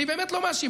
אני באמת לא מאשים.